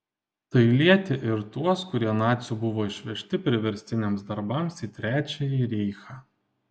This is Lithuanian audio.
tai lietė ir tuos kurie nacių buvo išvežti priverstiniams darbams į trečiąjį reichą